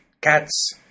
cats